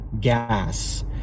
gas